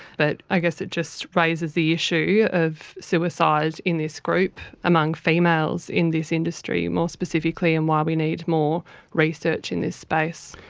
but i guess it just raises the issue of suicide in this group among females in this industry more specifically and why we need more research in this space.